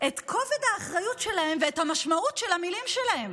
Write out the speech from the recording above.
את כובד האחריות שלהם ואת המשמעות של המילים שלהם?